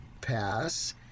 pass